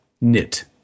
knit